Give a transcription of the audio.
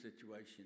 situation